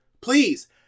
please